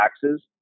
taxes